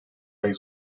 ayı